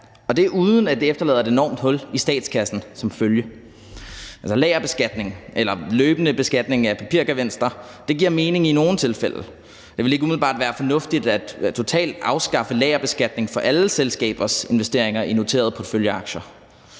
og det, uden at det efterlader et enormt hul i statskassen til følge. Lagerbeskatning eller løbende beskatning af papirgevinster giver mening i nogle tilfælde. Det vil ikke umiddelbart være fornuftigt totalt at afskaffe lagerbeskatning for alle selskabers investeringer i noterede porteføljeaktier.